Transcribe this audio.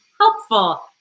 Helpful